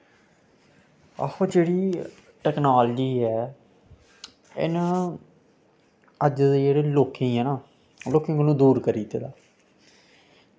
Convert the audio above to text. आहो जेह्ड़ी टेक्नोलॉज़ी ऐ इन्न अज्ज दे जेह्ड़े लोकें गी ऐ ना लोकें कोला दूर करी दित्ते दा ऐ